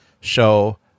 show